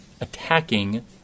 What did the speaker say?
attacking